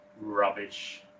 rubbish